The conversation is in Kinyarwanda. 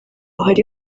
hari